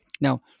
Now